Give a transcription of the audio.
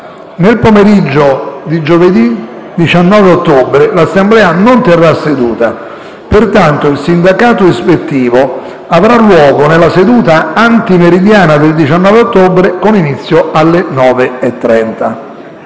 Nel pomeriggio di giovedì 19 ottobre l'Assemblea non terrà seduta, pertanto il sindacato ispettivo avrà luogo nella seduta antimeridiana del 19 ottobre, con inizio alle ore